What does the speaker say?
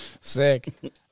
Sick